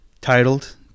Titled